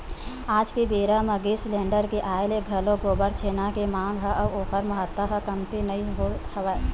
आज के बेरा म गेंस सिलेंडर के आय ले घलोक गोबर छेना के मांग ह अउ ओखर महत्ता ह कमती नइ होय हवय